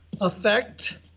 effect